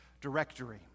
directory